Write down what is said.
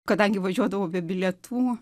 kadangi važiuodavo be bilietų